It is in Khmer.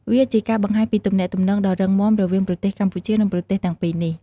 វាជាការបង្ហាញពីទំនាក់ទំនងដ៏រឹងមាំរវាងប្រទេសកម្ពុជា និងប្រទេសទាំងពីរនេះ។